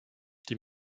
die